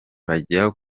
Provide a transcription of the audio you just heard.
bajya